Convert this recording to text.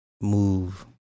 move